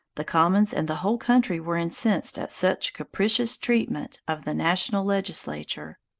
the commons and the whole country were incensed at such capricious treatment of the national legislature.